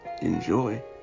Enjoy